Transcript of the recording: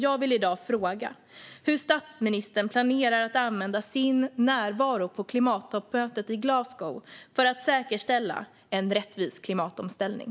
Jag vill i dag fråga hur statsministern planerar att använda sin närvaro på klimattoppmötet i Glasgow för att säkerställa en rättvis klimatomställning.